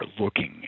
looking